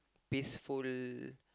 peaceful